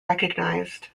recognized